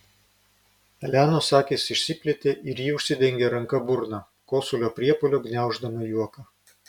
elenos akys išsiplėtė ir ji užsidengė ranka burną kosulio priepuoliu gniauždama juoką